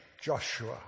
Joshua